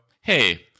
hey